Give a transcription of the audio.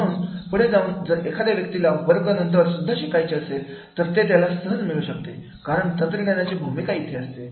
यापुढे जाऊन जर एखाद्या व्यक्तीला वर्ग नंतर सुद्धा शिकायचे असेल तर ते त्याला सहज मिळू शकते कारण तंत्रज्ञानाची भूमिका इथे असते